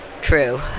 True